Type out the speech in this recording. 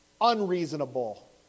unreasonable